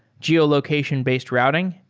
geolocation-based routing,